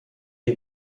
wie